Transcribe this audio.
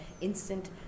instant